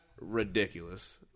ridiculous